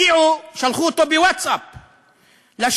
הגיעו, שלחו אותו בווטסאפ לשטח,